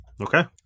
okay